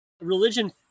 religion